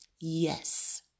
yes